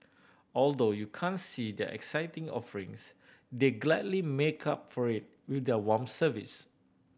although you can't see their exciting offerings they gladly make up for it with their warm service